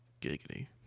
giggity